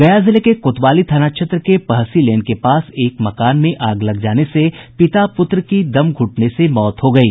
गया जिले के कोतवाली थाना क्षेत्र के पहसी लेन के पास एक मकान में आग लग जाने से पिता पुत्र की दम घुटने से मौत हो गयी